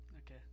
Okay